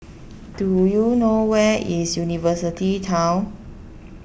do you know where is University Town